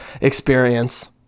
experience